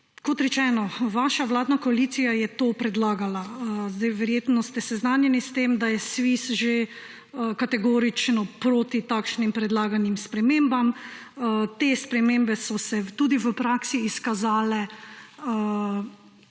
Kot rečeno, vaša vladna koalicija je to predlagala. Verjetno ste seznanjeni s tem, da je SVIZ že kategorično proti takšnim predlaganim spremembam. Te spremembe so se tudi v praksi izkazale